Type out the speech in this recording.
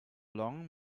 long